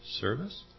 service